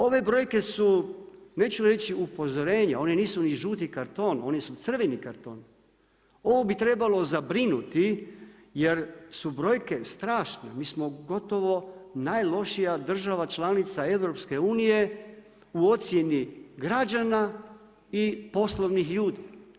Ove brojke su, neću reći upozorenje, one nisu ni žuti karton, one su crveni karton, ovo bi trebalo zabrinuti jer su brojke strašne, mi smo gotovo najlošija država članica EU-a u ocjeni građana i poslovnih ljudi.